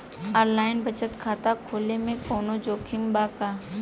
Online बचत खाता खोले में कवनो जोखिम बा का?